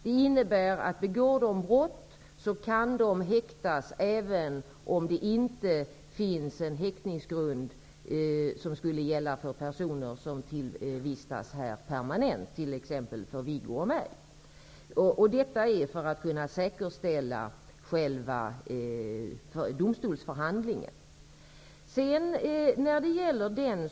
Det innebär att om dessa människor begår brott kan de häktas, även om den häktningsgrund som skulle gälla personer som vistas permanent i Sverige -- exempelvis sådana som Wiggo Komstedt och jag -- inte föreligger. Så sker för att själva domstolsförhandlingen skall kunna säkerställas.